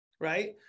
right